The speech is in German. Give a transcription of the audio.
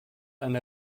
eine